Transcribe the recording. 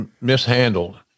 mishandled